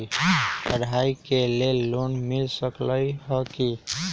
पढाई के लेल लोन मिल सकलई ह की?